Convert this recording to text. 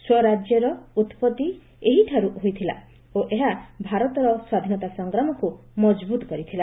ସ୍ୱରାଜ୍ୟର ଉତ୍ପତ୍ତି ଏହିଠାରୁ ହୋଇଥିଲା ଓ ଏହା ଭାରତର ସ୍ୱାଧୀନତା ସଂଗ୍ରାମକୁ ମଜବୁତ କରିଥିଲା